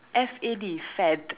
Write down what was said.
F_A_D fad